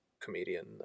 comedian